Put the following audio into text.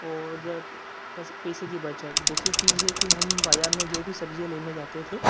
और पस पैसे की बचत दूसरी चीज़ है कि हम बाज़ार में जो भी सब्ज़ियाँ लेने जाते थे